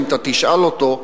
אם אתה תשאל אותו,